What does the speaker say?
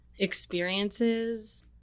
experiences